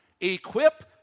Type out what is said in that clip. Equip